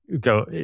go